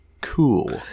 cool